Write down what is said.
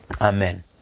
Amen